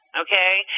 okay